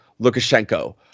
Lukashenko